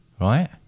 right